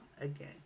again